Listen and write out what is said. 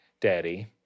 Daddy